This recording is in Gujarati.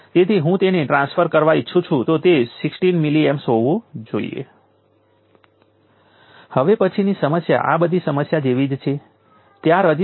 તેથી તમે આ 12CVc2ડીલીવર કરેલી આ એનર્જી ક્યાંય જતી નથી